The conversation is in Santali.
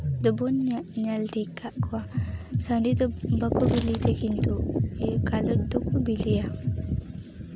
ᱫᱚᱵᱚᱱ ᱧᱮᱞ ᱴᱷᱤᱠ ᱟᱠᱟᱫ ᱠᱚᱣᱟ ᱥᱟᱺᱰᱤ ᱫᱚ ᱵᱟᱠᱚ ᱵᱤᱞᱤᱛᱮ ᱠᱤᱱᱛᱩ ᱠᱟᱞᱚᱴ ᱫᱚᱠᱚ ᱵᱤᱞᱤᱭᱟ